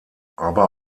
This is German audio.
aber